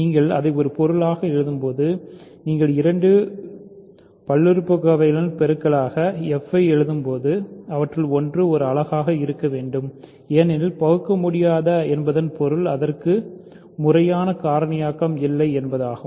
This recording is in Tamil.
நீங்கள் அதை ஒரு பெருக்களாக எழுதும்போது நீங்கள் வேறு இரண்டு பல்லுறுப்புக்கோவைகளின் பெருக்கலாக f ஐ எழுதும்போது அவற்றில் ஒன்று ஒரு அலகாக இருக்க வேண்டும் ஏனெனில் பகுக்கமுடியாத என்பதன் பொருள் அதற்கு யான காரணியாக்கம் இல்லை என்பதாகும்